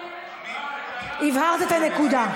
הבהרת את הנקודה.